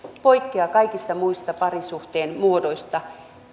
poikkeaa kaikista muista parisuhteen muodoista